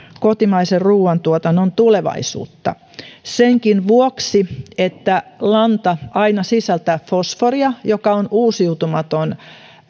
kotimaisen ruuantuotannon tulevaisuutta senkin vuoksi että lanta aina sisältää fosforia joka on uusiutumaton